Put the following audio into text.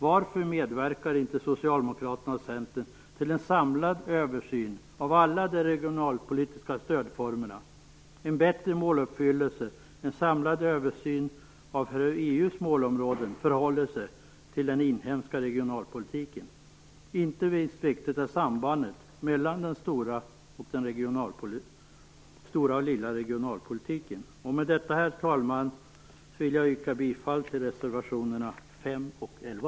Varför medverkar inte Socialdemokraterna och Centern till en samlad översyn av alla de regionalpolitiska stödformerna, för en bättre måluppfyllelse och en samlad översyn av hur EU:s målområden förhåller sig till den inhemska regionalpolitiken? Inte minst viktigt är sambandet mellan den "stora" och den Med detta, herr talman, vill jag yrka bifall till reservationerna 5 och 11.